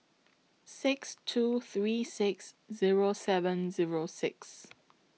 six two three six Zero seven Zero six